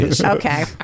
Okay